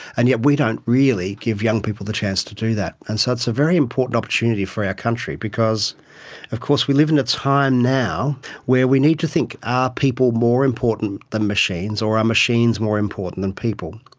and yet we don't really give young people the chance to do that. and so it's a very important opportunity for our country because of course we live in a time now where we need to think are people more important than machines or are machines more important than people?